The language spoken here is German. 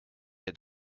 der